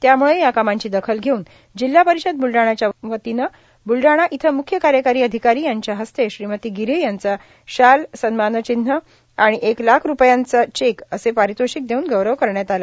त्यामुळं या कामांची दखल घेऊन जिल्हा परिषद बुलडाणाच्या वतीनं बुलडाणा इथं मुख्य कार्यकारी अधिकारी यांच्या हस्ते श्रीमती गिऱ्हे यांचा शाल सन्मानचिन्ह आणि एक लाख रूपयांचा चेक असे पारितोषिक देवून गौरव करण्यात आला